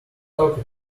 talked